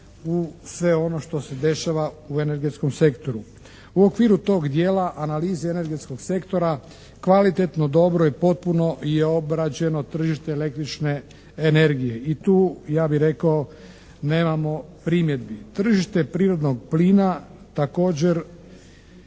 u sve ono i što se dešava u energetskom sektoru. U okviru tog djela analize energetskog sektora kvalitetno i dobro i potpuno je obrađeno tržište električne energije i tu ja bi rekao nemamo primjedbi. Tržište prirodnog plina također